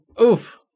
oof